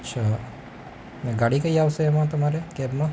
અચ્છા ને ગાડી કઈ આવશે એમાં તમારે કેબમાં